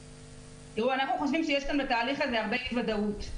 אנחנו חושבים שיש בתהליך הזה הרבה אי-ודאות.